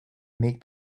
make